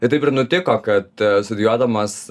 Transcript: ir taip ir nutiko kad studijuodamas